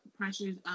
pressures